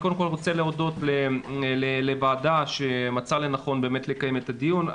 קודם כל רוצה להודות לוועדה שמצאה לנכון לקיים את הדיון.